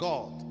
God